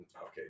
Okay